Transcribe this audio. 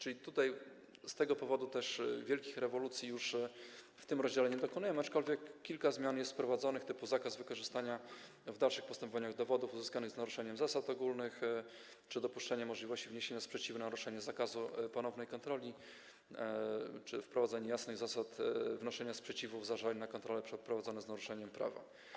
Z tego powodu wielkich rewolucji w tym rozdziale nie dokonujemy, aczkolwiek kilka zmian jest wprowadzonych, np. zakaz wykorzystania w dalszych postępowaniach dowodów uzyskanych z naruszeniem zasad ogólnych, dopuszczenie możliwości wniesienia sprzeciwu na naruszenie zakazu ponownej kontroli czy wprowadzenie jasnych zasad wnoszenia sprzeciwu w zażaleniu na kontrole przeprowadzone z naruszeniem prawa.